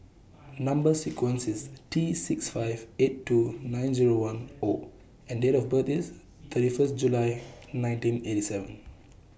Number sequence IS T six five eight two nine Zero one O and Date of birth IS thirty First July nineteen eighty seven